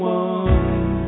one